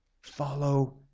Follow